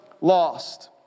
lost